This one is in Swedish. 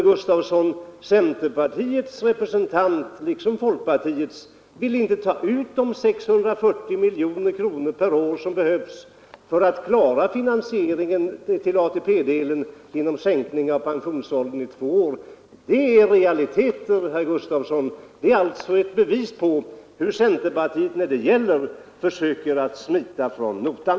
Men centerpartiets representant — liksom folkpartiets — vill inte ta ut de 640 miljoner per år som behövs för att klara finansieringen av ATP-delen vid en sänkning av pensionsåldern med två år. Det är realiteter, herr Rune Gustavsson, och det är ett bevis på hur centerpartiet när det gäller försöker att smita från notan.